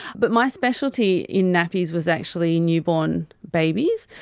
but my specialty in nappies was actually newborn babies.